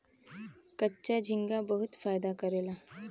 कच्चा झींगा बहुत फायदा करेला